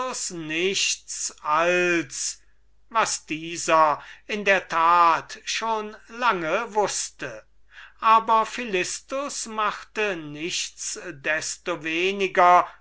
nichts als was dieser in der tat schon lange wußte aber philistus machte nichts